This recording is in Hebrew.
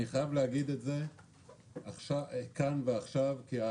אני חייב להגיד כאן ועכשיו בעניין